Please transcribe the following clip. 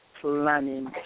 planning